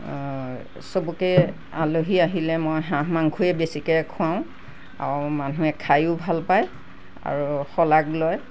চবকে আলহী আহিলে মই হাঁহ মাংসয়েই বেছিকে খুৱাওঁ আৰু মানুহে খাইও ভাল পায় আৰু শলাগ লয়